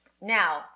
Now